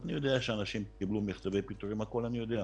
אני יודע שאנשים קיבלו מכתבי פיטורין, אני יודע,